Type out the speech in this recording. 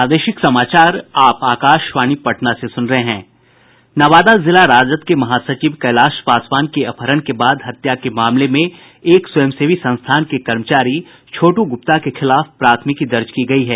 नवादा जिला राजद के महासचिव कैलाश पासवान के अपहरण के बाद हत्या के मामले में एक स्वयंसेवी संस्थान के कर्मचारी छोटू गुप्ता के खिलाफ प्राथमिकी दर्ज की गयी है